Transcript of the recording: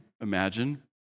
imagine